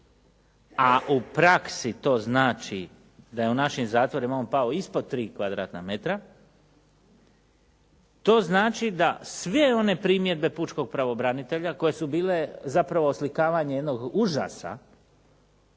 a u praksi to znači da je u našim zatvorima on pao ispod 3 m2, to znači da sve one primjedbe pučkog pravobranitelja koje su bile zapravo oslikavanje jednog užasa,